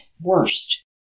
worst